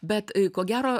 bet ko gero